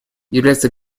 является